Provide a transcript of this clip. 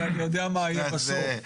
אני יודע מה יהיה בסוף.